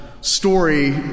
story